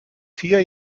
vier